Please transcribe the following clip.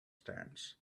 stands